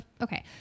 okay